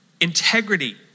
integrity